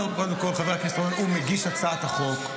קודם כול, חבר הכנסת רוטמן הוא מגיש הצעת החוק.